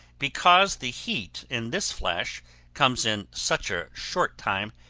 because the heat in this flash comes in such a short time,